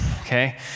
okay